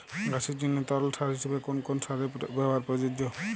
গাছের জন্য তরল সার হিসেবে কোন কোন সারের ব্যাবহার প্রযোজ্য?